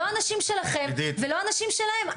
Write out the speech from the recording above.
לא אנשים שלכם ולא אנשים שלהם,